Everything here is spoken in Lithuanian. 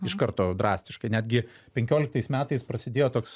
iš karto drastiškai netgi penkioliktais metais prasidėjo toks